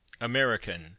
American